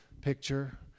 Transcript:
picture